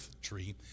tree